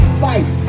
fight